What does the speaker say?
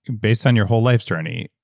and based on your whole life's journey,